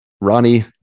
Ronnie